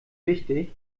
wichtig